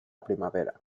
primavera